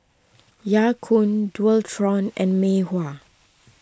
Ya Kun Dualtron and Mei Hua